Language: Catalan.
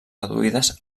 reduïdes